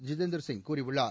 ஜிதேந்திர சிங் கூறியுள்ளார்